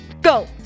go